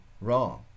wrong